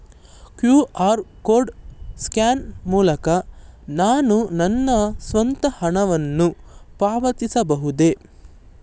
QR code scan ಮೂಲಕ ನಾನು ನನ್ನ ಸ್ವಂತ ಹಣವನ್ನು ಪಾವತಿಸಬಹುದೇ?